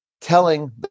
telling